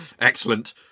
Excellent